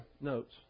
notes